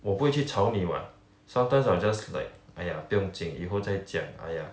我不会去吵你 what sometimes I'll just like !aiya! 不用紧以后再讲 !aiya!